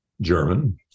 German